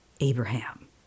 Abraham